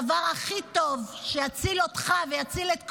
הדבר הכי טוב שיציל אותך ויציל את כבודך,